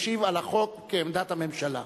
משיב על החוק ומביא את עמדת הממשלה.